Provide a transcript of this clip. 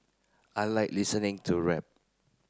I like listening to rap